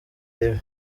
ribi